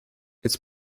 its